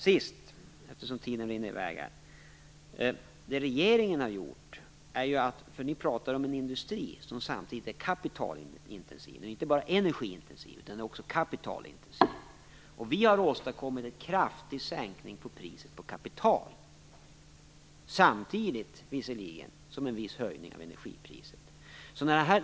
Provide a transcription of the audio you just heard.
Sist, eftersom tiden rinner i väg, vill jag när ni pratar om en industri som inte bara är energiintensiv utan också kapitalintensiv säga att regeringen har åstadkommit en kraftig sänkning av priset på kapital. Visserligen har det skett samtidigt som en viss höjning av energipriset.